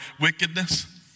wickedness